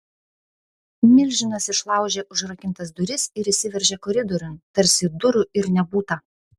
milžinas išlaužė užrakintas duris ir įsiveržė koridoriun tarsi durų ir nebūta